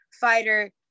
fighter